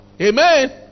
Amen